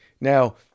now